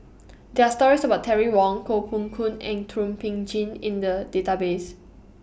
There Are stories about Terry Wong Koh Poh Koon and Thum Ping Tjin in The Database